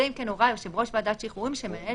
אלא אם כן הורה יושב ראש ועדת שחרורים שמנהל